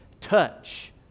touch